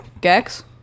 gex